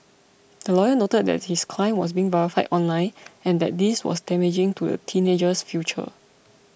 the lawyer noted that his client was being vilified online and that this was damaging to the teenager's future